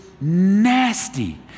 nasty